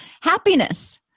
Happiness